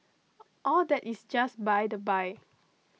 all that is just by the by